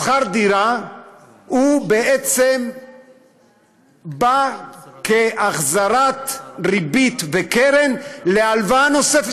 שכר הדירה בעצם בא כהחזרת ריבית וקרן להלוואה נוספת,